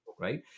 right